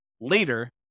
later